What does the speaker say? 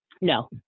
No